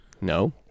No